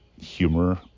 humor